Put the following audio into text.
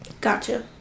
Gotcha